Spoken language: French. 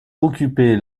occupé